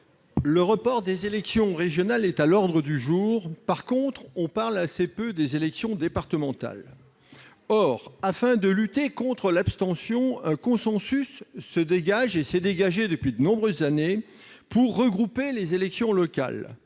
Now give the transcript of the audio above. le report des élections régionales est à l'ordre du jour, on parle assez peu des élections départementales. Or, afin de lutter contre l'abstention, un consensus se dégage depuis de nombreuses années pour regrouper les élections locales